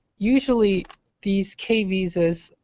usually these k visas,